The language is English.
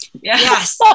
Yes